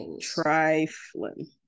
trifling